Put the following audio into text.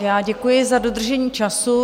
Já děkuji za dodržení času.